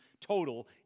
total